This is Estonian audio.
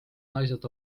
naised